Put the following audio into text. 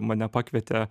mane pakvietė